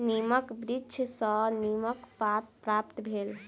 नीमक वृक्ष सॅ नीमक पात प्राप्त भेल